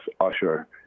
usher